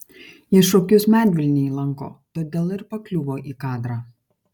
ji šokius medvilnėj lanko todėl ir pakliuvo į kadrą